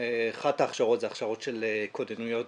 אני מקווה מאוד שמשהו השתנה בקואליציה,